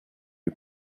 you